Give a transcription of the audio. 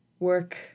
Work